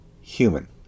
human